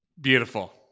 Beautiful